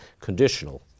conditional